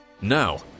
Now